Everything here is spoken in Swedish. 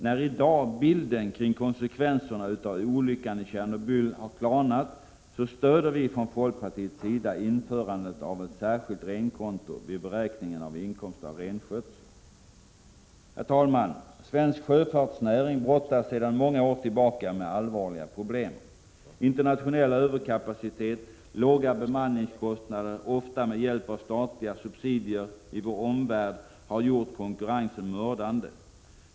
När i dag bilden kring konsekvenserna av olyckan i Tjernobyl har klarnat, stöder vi från folkpartiets sida införandet av ett särskilt renkonto vid beräkning av inkomst av renskötsel. Herr talman! Svensk sjöfartsnäring brottas sedan många år tillbaka med allvarliga problem. Internationell överkapacitet och låga bemanningskostnader i vår omvärld, ofta med hjälp av statliga subsidier, har gjort konkurrensen mördande.